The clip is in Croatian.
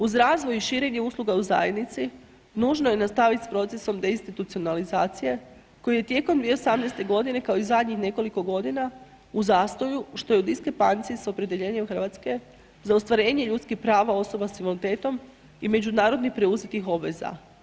Uz razvoj i širenje usluga u zajednici, nužno je nastaviti s procesom deinstitucionalizacije koji je tijekom 2018. g. kao i zadnjih nekoliko godina u zastoju što je u diskrepanciji sa opredjeljenjem Hrvatske za ostvarenje ljudskih prava osoba sa invaliditetom i međunarodnih preuzetih obveza.